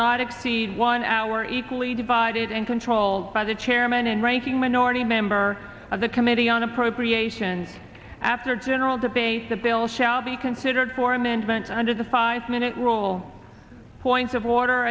not exceed one hour equally divided and controlled by the chairman and ranking minority member of the committee on appropriation after general debate the bill shall be considered for amendment under the five minute rule points of